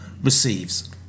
receives